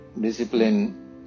discipline